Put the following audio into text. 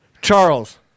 Charles